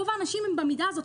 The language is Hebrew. רוב האנשים במידה הזו,